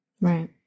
Right